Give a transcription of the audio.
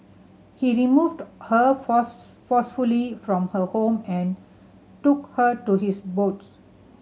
he removed her force forcefully from her home and took her to his boats